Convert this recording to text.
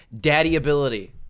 daddy-ability